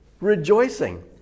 rejoicing